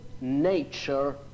nature